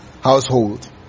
household